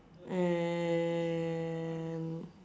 and